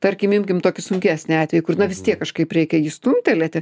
tarkim imkim tokį sunkesnį atvejį kur na vis tiek kažkaip reikia jį stumtelėti